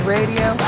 Radio